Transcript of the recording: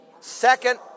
second